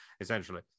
essentially